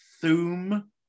Thum